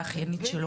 או לאחיינית שלו,